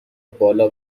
بالا